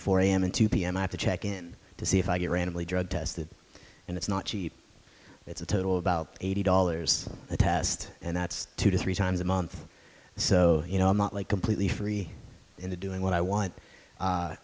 four am and two pm i have to check in to see if i get randomly drug tested and it's not cheap it's a total about eighty dollars a test and that's two to three times a month so you know i'm completely free in the doing what i want